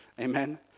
Amen